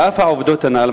על אף העובדות הנ"ל,